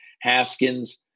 haskins